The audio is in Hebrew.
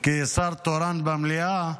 כשר תורן במליאה,